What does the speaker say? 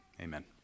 amen